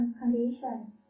condition